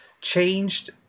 changed